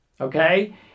okay